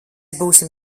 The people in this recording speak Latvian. būsim